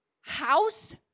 house